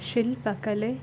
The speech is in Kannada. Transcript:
ಶಿಲ್ಪಕಲೆ